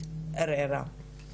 ערערה.